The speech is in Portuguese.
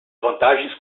vantagens